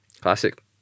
Classic